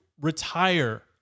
retire